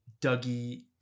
Dougie